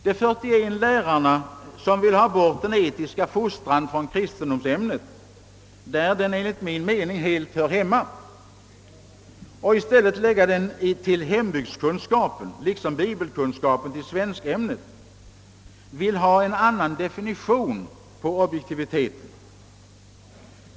De 41 lärarna som vill ha bort den etiska fostran från kristendomsämnet — där den enligt min mening helt nalurligt hör hemma — och i stället lägga den till hembygdskunskapen, liksom bibelkunskapen till svenskämnet, vill ha en annan definition på objektiviteten.